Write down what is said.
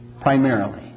primarily